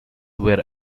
were